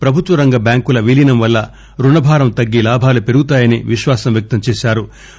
ప్రభుత్వ రంగ బ్యాంకుల విలీనం వల్ల రుణ భారం తగ్గి లాభాలు పెరుగుతాయని విశ్వాసం వ్యక్తం చేశారు